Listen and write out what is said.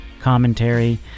commentary